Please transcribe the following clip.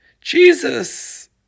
Jesus